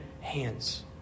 hands